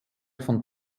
von